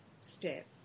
step